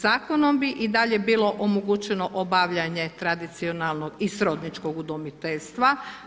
Zakonom bi i dalje bilo omogućeno obavljanje tradicionalnog i srodničkog udomiteljstva.